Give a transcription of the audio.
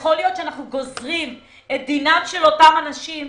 יכול להיות שאנחנו גוזרים את דינם של אותם אנשים,